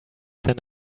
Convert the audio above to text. than